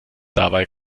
dabei